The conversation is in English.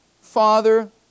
Father